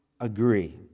agree